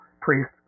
priest